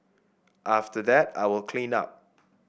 after that I will clean up